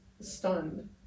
stunned